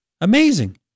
Amazing